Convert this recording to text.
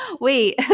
wait